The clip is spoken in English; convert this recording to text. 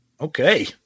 Okay